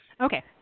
Okay